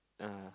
ah